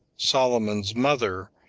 solomon's mother,